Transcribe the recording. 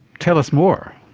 tell us more.